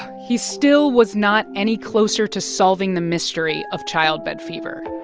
he still was not any closer to solving the mystery of childbed fever.